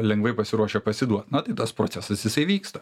lengvai pasiruošę pasiduot na tai tas procesas jisai vyksta